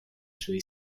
suoi